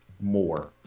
more